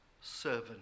servant